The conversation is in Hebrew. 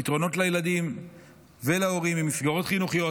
פתרונות לילדים ולהורים במסגרות החינוכיות,